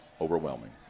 overwhelming